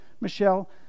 Michelle